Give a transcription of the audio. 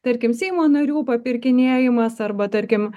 tarkim seimo narių papirkinėjimas arba tarkim